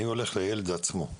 אני הולך לילד עצמו?